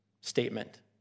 statement